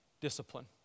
discipline